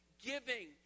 giving